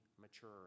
mature